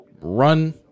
run